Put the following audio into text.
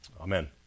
Amen